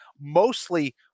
mostly